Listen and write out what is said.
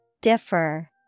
Differ